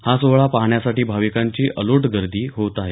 हा सोहळा पाहण्यासाठी भाविकांची अलोट गर्दी होत आहे